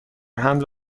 حمل